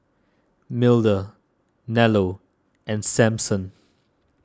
Milda Nello and Samson